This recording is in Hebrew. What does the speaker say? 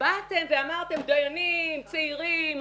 באתם ואמרתם: דיינים צעירים,